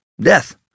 death